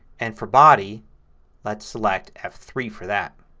and for body let's select f three for that.